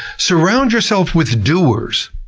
surround yourself with doers.